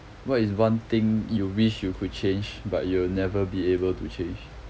what is one thing you wish you could change but you will never be able to change